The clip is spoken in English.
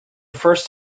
first